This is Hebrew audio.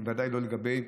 ודאי לא לגבי